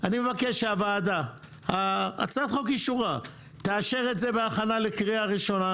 אני מבקש שהוועדה תאשר את זה בהכנה לקריאה ראשונה,